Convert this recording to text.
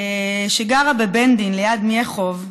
שגרה בבֶּנְדִין ליד מייחוב,